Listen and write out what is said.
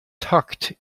tucked